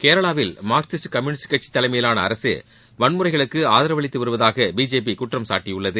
கேரளாவில் Marxist communist கட்சித் தலைமையிலாள அரசு வன்முறைகளுக்கு ஆதரவளித்து வருவதாக பிஜேபி குற்றம் சாட்டியுள்ளது